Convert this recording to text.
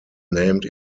named